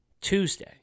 Tuesday